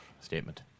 statement